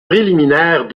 préliminaires